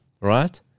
right